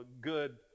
good